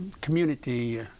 community